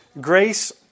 grace